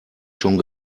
schon